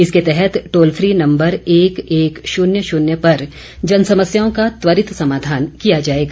इसके तहत toll free number एक एक शून्य शून्य पर जन समस्याओं का त्वरित समाधान किया जाएगा